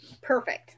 perfect